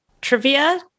trivia